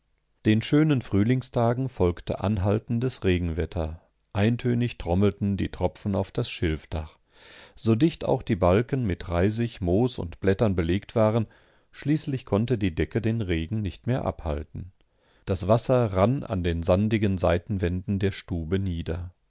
den schönen frühlingstagen folgte anhaltendes regenwetter eintönig trommelten die tropfen auf das schilfdach so dicht auch die balken mit reisig moos und blättern belegt waren schließlich konnte die decke den regen nicht mehr abhalten das wasser rann an den sandigen seitenwänden der stube nieder